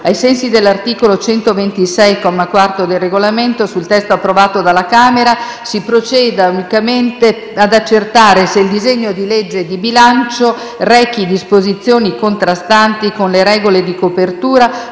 Ai sensi della predetta disposizione, sul testo approvato dalla Camera si procede unicamente ad accertare se il disegno di legge di bilancio rechi disposizioni contrastanti con le regole di copertura